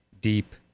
deep